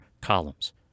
columns